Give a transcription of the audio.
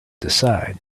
decide